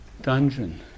dungeon